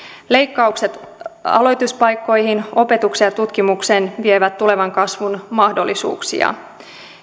leikkaukset aloituspaikkoihin opetukseen ja tutkimukseen vievät tulevan kasvun mahdollisuuksia